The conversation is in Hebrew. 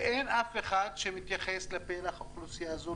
ואין אף אחד שמתייחס לפלח האוכלוסייה הזו,